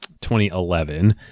2011